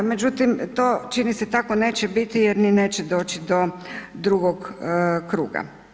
Međutim, to čini se tako neće biti jer ni neće doći do drugog kruga.